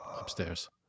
upstairs